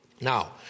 Now